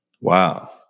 Wow